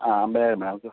ആ അൻപതിനായിരം വേണം നമുക്ക്